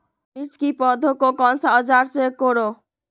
मिर्च की पौधे को कौन सा औजार से कोरे?